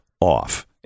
off